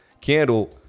candle